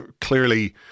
clearly